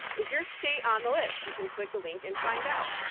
is your state on the list? you can click a link and find out.